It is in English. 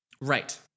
Right